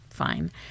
fine